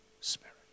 Spirit